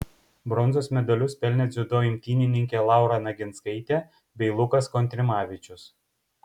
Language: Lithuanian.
bronzos medalius pelnė dziudo imtynininkė laura naginskaitė bei lukas kontrimavičius